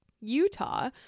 Utah